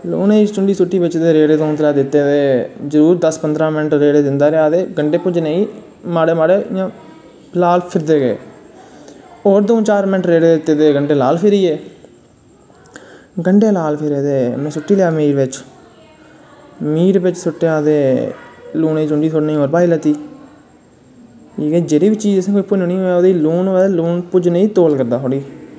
लूनें दी चूंडी सुट्टी बिच्च ते रेड़े दिंदा रेहा ते जरूर दस पंतरां मिन्ट रेड़े दिदां रेहा ते गंडे गुज्जनें गी इयां लाल फिरदे गे होर दऊं चार मिन्ट रेड़े दित्ते ते गंडे लाल फिरी गे गंडे लाल फिरे ते में सुट्टी लेआ मीट बिच्च मीट सुट्टेआ ते लूनें दी चूंटी थोह्ड़ी नेही होर पाई लैत्ती जेह्ड़ी बी चीज असैं भुन्नी होऐ लून होई ओह्दे च ते भुन्ने गी तौल करदा